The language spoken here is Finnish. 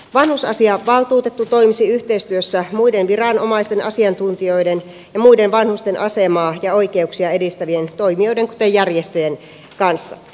vanhusasiavaltuutettu toimisi yhteistyössä muiden viranomaisten asiantuntijoiden ja muiden vanhusten asemaa ja oikeuksia edistävien toimijoiden kuten järjestöjen kanssa